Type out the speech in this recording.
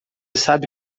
sabe